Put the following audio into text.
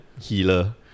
healer